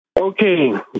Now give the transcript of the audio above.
Okay